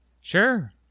Sure